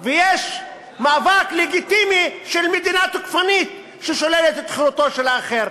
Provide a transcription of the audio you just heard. ויש מאבק לגיטימי של מדינה תוקפנית ששוללת את חירותו של האחר.